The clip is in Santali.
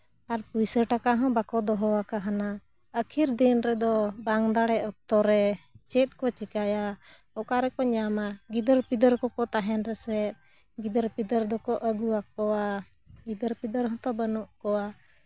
ᱟᱨ ᱯᱩᱭᱥᱟᱹ ᱴᱟᱠᱟ ᱦᱚᱸ ᱵᱟᱠᱚ ᱫᱚᱦᱚ ᱠᱟᱣᱱᱟ ᱟᱹᱠᱷᱤᱨ ᱫᱤᱱ ᱨᱮᱫᱚ ᱵᱟᱝ ᱫᱟᱲᱮᱜ ᱚᱠᱛᱚ ᱨᱮ ᱪᱮᱫ ᱠᱚ ᱪᱤᱠᱟᱹᱭᱟ ᱚᱠᱟ ᱨᱮᱠᱚ ᱧᱟᱢᱟ ᱜᱤᱫᱟᱹᱨᱼᱯᱤᱫᱟᱹᱨ ᱠᱚᱠᱚ ᱛᱟᱦᱮᱱ ᱨᱮᱥᱮ ᱜᱤᱫᱟᱹᱨᱼᱯᱤᱫᱟᱹᱨ ᱟᱠᱚᱣᱟ ᱜᱤᱫᱟᱹᱨᱼᱯᱤᱫᱟᱹᱨ ᱦᱚᱸᱛᱚ ᱵᱟᱹᱱᱩᱜ ᱠᱚᱣᱟ